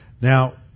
now